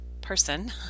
person